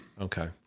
Okay